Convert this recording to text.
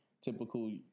typical